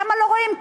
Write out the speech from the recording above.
למה לא רואים?